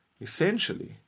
Essentially